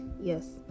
Yes